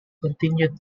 continued